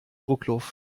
druckluft